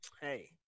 hey